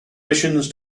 missions